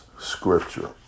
scripture